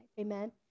Amen